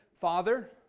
Father